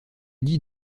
dit